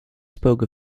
spoke